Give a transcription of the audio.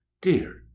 Dear